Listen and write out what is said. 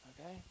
Okay